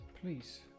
please